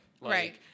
Right